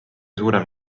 suurem